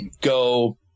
go